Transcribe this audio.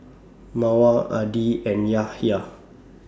Mawar Adi and Yahya